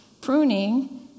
pruning